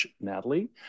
Natalie